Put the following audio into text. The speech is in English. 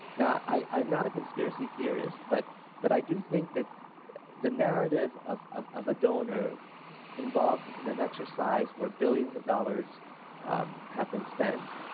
now i'm not a conspiracy theorist but but i do think that the narrative of of a donor involved in an exercise where billions of dollars have been spent,